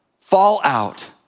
fallout